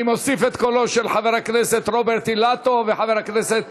אני מוסיף את קולותיהם של חבר הכנסת רוברט אילטוב וחבר הכנסת